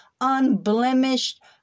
unblemished